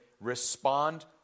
respond